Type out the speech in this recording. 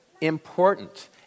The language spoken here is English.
important